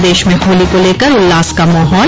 प्रदेश में होली को लेकर उल्लास का माहौल